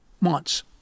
months